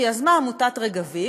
שיזמה עמותת "רגבים",